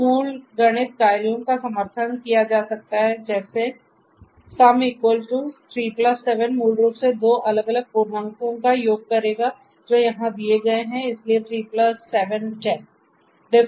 तो मूल गणित कार्यों का समर्थन किया जाता है जस्सी sum3 7 मूल रूप से दो अलग अलग पूर्णांकों का योग करेगा जो यहां दिए गए हैं इसलिए 3 7 10